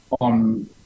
on